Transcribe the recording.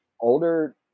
older